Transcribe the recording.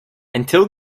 until